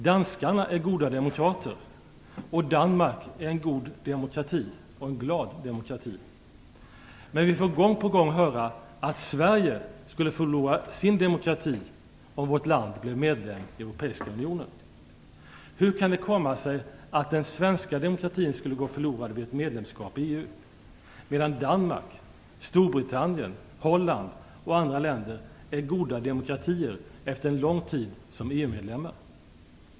Danskarna är goda demokrater, och Danmark är en god - och glad - demokrati. Men vi får gång på gång höra att Sverige skulle förlora sin demokrati om vårt land blev medlem i Europeiska unionen. Hur kan det komma sig att den svenska demokratin skulle gå förlorad vid ett medlemskap i EU, medan Danmark, Storbritannien, Holland och andra länder är goda demokratier efter en lång tid som EU-medlemmar?